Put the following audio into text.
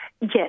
Yes